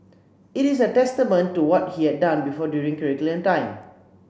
it is a testament to what he had done before during curriculum time